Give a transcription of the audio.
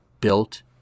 built